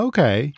Okay